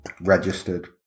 registered